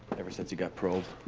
ever since he got paroled.